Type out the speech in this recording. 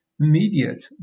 immediate